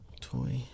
Toy